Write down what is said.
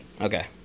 Okay